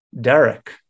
Derek